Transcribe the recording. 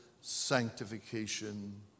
sanctification